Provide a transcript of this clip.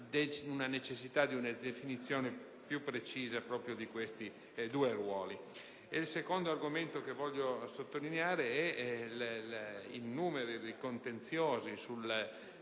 la necessità di una definizione più precisa di questi due ruoli. Il secondo aspetto che voglio sottolineare è il numero di contenziosi sul